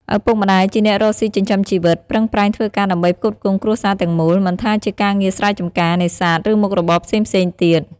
ឪពុកម្ដាយជាអ្នករកស៊ីចិញ្ចឹមជីវិត ប្រឹងប្រែងធ្វើការដើម្បីផ្គត់ផ្គង់គ្រួសារទាំងមូល មិនថាជាការងារស្រែចម្ការ នេសាទ ឬមុខរបរផ្សេងៗទៀត។